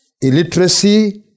illiteracy